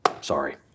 Sorry